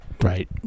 right